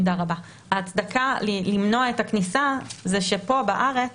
ההצדקה למנוע את הכניסה היא שפה בארץ